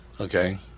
Okay